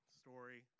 story